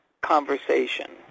conversation